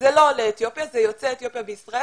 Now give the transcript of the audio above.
אלה לא עולי אתיופיה אלא אלה יוצאי אתיופיה בישראל.